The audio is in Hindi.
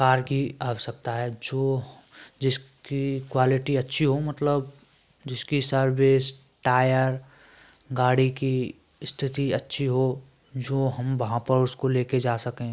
कार की आवश्यकता हैं जो जिसकी क्वालिटी अच्छी हो मतलब जिसकी सर्विस टायर गाड़ी की स्थिति अच्छी हो जो हम वहाँ पर उसको लेकर जा सकें